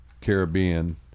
Caribbean